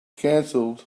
cancelled